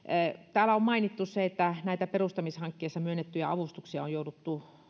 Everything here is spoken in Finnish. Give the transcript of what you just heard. täällä on mainittu se että näitä perustamishankkeissa myönnettyjä avustuksia on jouduttu